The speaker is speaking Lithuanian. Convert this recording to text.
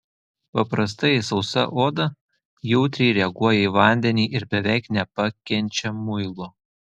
paprastai sausa oda jautriai reaguoja į vandenį ir beveik nepakenčia muilo